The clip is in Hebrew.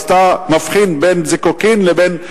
אתה מבחין בין זיקוקים לבין,